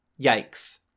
Yikes